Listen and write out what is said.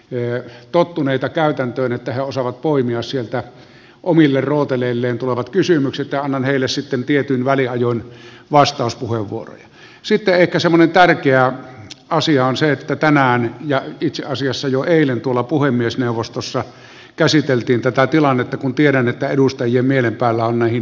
myös tottuneita käytäntöön että he osaavat poimia sieltä omille routa neljän tulevat kysymykset ja annan heille sitten tietyin väliajoin vastauspuheenvuoron siitä että se oli tärkeä asia on se että tänään ja itse asiassa jo eilen tuolla puhemiesneuvostossa käsiteltiin tätä tilannetta kun tiedän että edustajien mieli palaa näihin